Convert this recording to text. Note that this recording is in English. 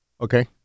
Okay